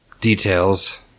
details